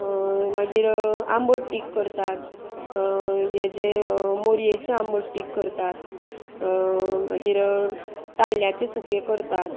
मागीर आंबट तीक करतात हेजे मोरयेचे आंबट तीक करतात मागीर ताल्ल्याचे सुके करतात